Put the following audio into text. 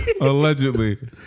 Allegedly